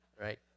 Right